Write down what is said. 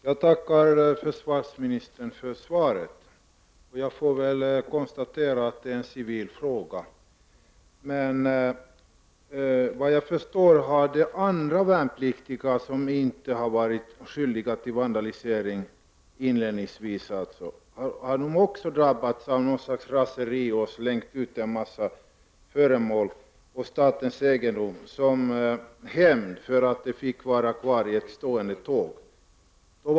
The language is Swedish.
Herr talman! Jag tackar försvarsministern för svaret. Jag konstaterar att detta alltså är en civil fråga. Såvitt jag förstår har även de värnpliktiga som från början inte deltog i vandaliseringen drabbats av något slags raseri och slängt ut en massa föremål, statens egendom, som hämnd för att de fick stanna kvar på ett stillastående tåg.